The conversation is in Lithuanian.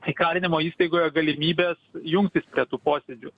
įkalinimo įstaigoje galimybės jungtis prie tų posėdžių